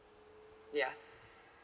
ya